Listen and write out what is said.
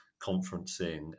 conferencing